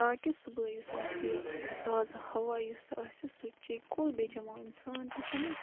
تاکہِ صُبحٲے یُس آسہِ یہِ تازٕ ہَوا یُس آسہِ سُہ چیٚیہِ کُل بیٚیہِ چَمو اِنسان تہِ چَمو